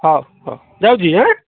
ହଉ ହଉ ରହୁଛି ଆଁ